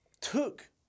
took